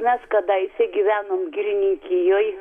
mes kadaise gyvenom girininkijoj